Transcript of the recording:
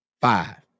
five